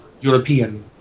European